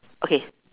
okay